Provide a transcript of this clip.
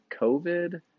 COVID